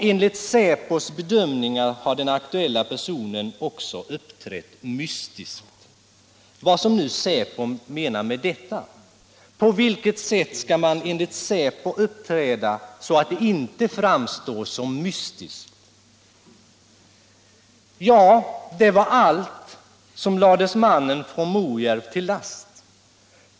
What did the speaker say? Enligt säpos bedömningar har den aktuella personen också uppträtt ”mystiskt”, vad nu säpo menar med detta. På vilket sätt skall man enligt säpo uppträda för att inte framstå som mystisk? Ja, det var allt som lades mannen från Morjärv till last.